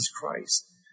Christ